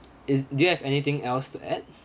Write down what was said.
is do you have anything else to add